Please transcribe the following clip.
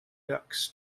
ducks